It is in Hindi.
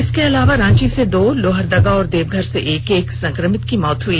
इसके अलावा रांची से दो लोहरदगा और देवघर में एक एक संक्रमित की मौत हो गई